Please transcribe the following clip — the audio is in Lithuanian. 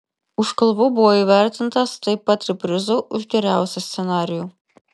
už kalvų buvo įvertintas taip pat ir prizu už geriausią scenarijų